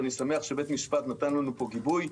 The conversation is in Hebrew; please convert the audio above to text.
ואני שמח שבית משפט נתן לנו פה גיבוי,